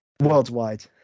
worldwide